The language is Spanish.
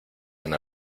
una